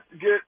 get